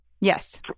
Yes